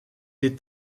dit